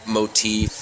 motif